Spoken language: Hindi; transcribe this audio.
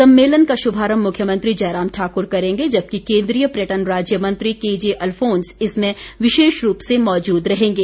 सम्मेलन का शुभारम्म मुख्यमंत्री जयराम ठाकुर करेंगे जबकि केन्द्रीय पर्यटन राज्य मंत्री केजे अलफोंस इसमें विशेष रूप से मौजूद रहेंगे